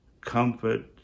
comfort